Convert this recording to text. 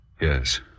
Yes